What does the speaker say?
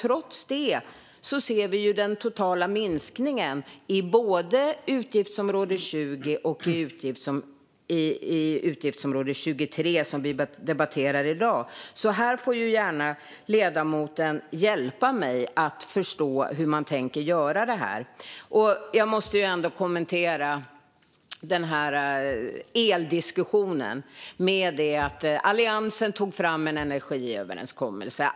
Trots det ser vi den totala minskningen både i utgiftsområde 20 och i utgiftsområde 23, som vi debatterar i dag. Ledamoten får gärna hjälpa mig förstå hur man tänker göra det här. Jag måste också kommentera eldiskussionen. Alliansen tog fram en energiöverenskommelse.